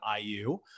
IU